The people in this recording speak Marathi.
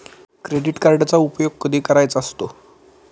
क्रेडिट कार्डचा उपयोग कधी करायचा असतो?